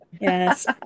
Yes